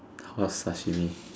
how sashimi